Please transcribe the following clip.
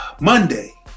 Monday